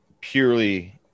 purely